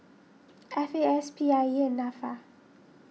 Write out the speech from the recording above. F A S P I E and Nafa